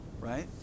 right